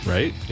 Right